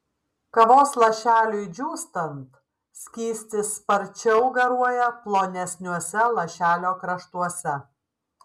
kavos lašeliui džiūstant skystis sparčiau garuoja plonesniuose lašelio kraštuose